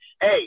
Hey